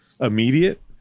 immediate